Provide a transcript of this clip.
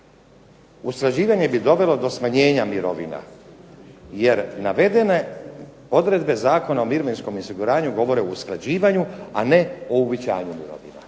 usklađivanje bi dovelo do smanjenja mirovina jer navedene odredbe Zakona o mirovinskom osiguranju govore o usklađivanju, a ne o uvećanju mirovina.